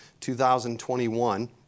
2021